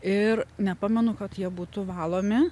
ir nepamenu kad jie būtų valomi